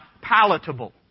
palatable